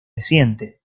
reciente